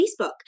Facebook